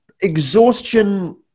exhaustion